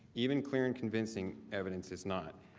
even clear and convincing evidence is not.